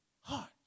heart